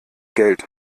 geld